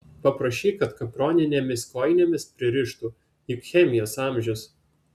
paprašyk kad kaproninėmis kojinėmis pririštų juk chemijos amžius